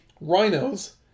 rhinos